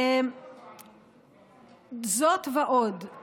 זאת ועוד,